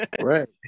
Right